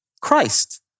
Christ